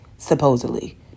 Supposedly